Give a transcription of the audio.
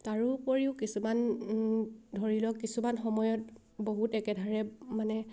তাৰোপৰিও কিছুমান ধৰি লওক কিছুমান সময়ত বহুত একেধাৰে মানে